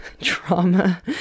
trauma